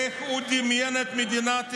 איך הוא דמיין את מדינת ישראל,